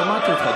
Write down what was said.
שמעתי אותך.